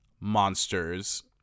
monsters